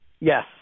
Yes